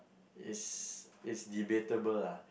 is is debatable lah